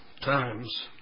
times